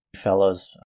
fellows